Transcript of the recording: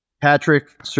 Patrick